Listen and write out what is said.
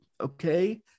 okay